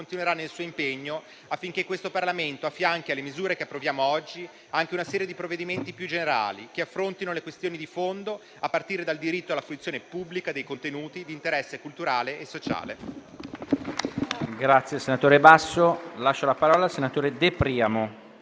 continuerà nel suo impegno affinché il Parlamento affianchi alle misure che approviamo oggi anche una serie di provvedimenti più generali, che affrontino le questioni di fondo, a partire dal diritto alla fruizione pubblica dei contenuti di interesse culturale e sociale.